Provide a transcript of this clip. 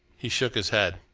he shook his head.